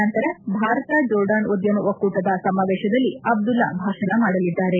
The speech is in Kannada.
ನಂತರ ಭಾರತ ಜೋರ್ಡಾನ್ ಉದ್ಯಮ ಒಕ್ಕೂಟದ ಸಮಾವೇಶದಲ್ಲಿ ಅಬ್ದುಲ್ಲಾ ಭಾಷಣ ಮಾಡಲಿದ್ದಾರೆ